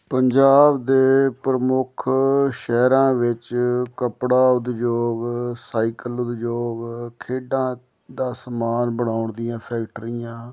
ਪੰਜਾਬ ਦੇ ਪ੍ਰਮੁੱਖ ਸ਼ਹਿਰਾਂ ਵਿੱਚ ਕੱਪੜਾ ਉਦਯੋਗ ਸਾਈਕਲ ਉਦਯੋਗ ਖੇਡਾਂ ਦਾ ਸਮਾਨ ਬਣਾਉਣ ਦੀਆਂ ਫੈਕਟਰੀਆਂ